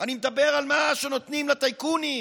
אני מדבר על מה שנותנים לטייקונים.